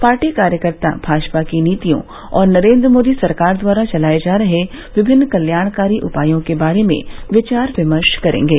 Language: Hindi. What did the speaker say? पार्टी कार्यकर्ता भाजपा की नीतियों और नरेन्द्र मोदी सरकार द्वारा चलाये जा रहे विमिन्न कल्याणकारी उपायों के बारे में विचार विमर्श करेंगे